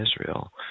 Israel